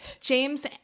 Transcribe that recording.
James